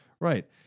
right